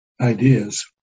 ideas